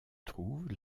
trouve